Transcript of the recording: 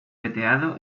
veteado